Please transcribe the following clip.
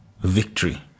victory